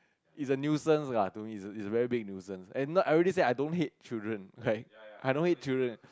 it's a nuisance lah to me it's it's a very big nuisance and I already say I don't hate children like I don't hate children